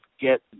get